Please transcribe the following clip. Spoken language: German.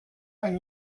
ein